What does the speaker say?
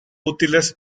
útiles